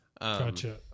Gotcha